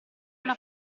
una